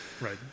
right